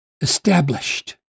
established